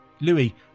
Louis